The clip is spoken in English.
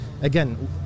again